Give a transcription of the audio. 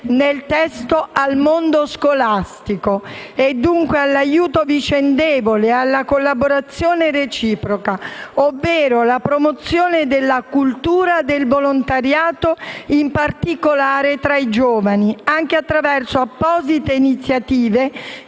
*b)*, al mondo scolastico e dunque all'aiuto vicendevole e alla collaborazione reciproca. Nel testo si parla, infatti, della «promozione della cultura del volontariato, in particolare tra i giovani, anche attraverso apposite iniziative